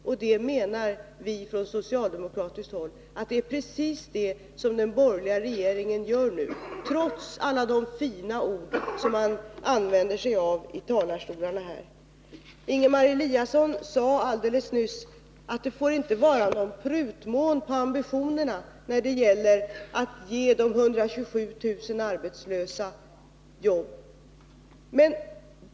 Vi menar från socialdemokratiskt håll att det är precis det som den borgerliga regeringen nu gör, trots alla de fina ord man använder sig av i talarstolarna. Ingemar Eliasson sade alldeles nyss att det inte får vara någon prutmån på ambitionerna när det gäller att ge de 127 000 arbetslösa jobb.